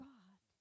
God